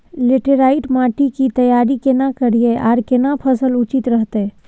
Laterite माटी की तैयारी केना करिए आर केना फसल उचित रहते?